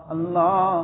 Allah